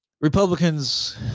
Republicans